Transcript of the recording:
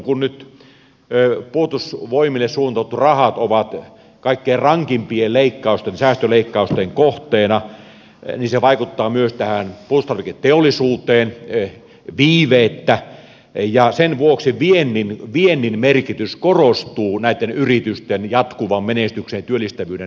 kun nyt puolustusvoimille suunnatut rahat ovat kaikkein rankimpien leikkausten säästöleikkausten kohteena niin se vaikuttaa myös tähän puolustustarviketeollisuuteen viiveettä ja sen vuoksi viennin merkitys korostuu näitten yritysten jatkuvan menestyksen ja työllistävyyden näkökulmasta